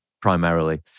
primarily